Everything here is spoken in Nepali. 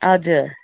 हजुर